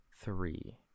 three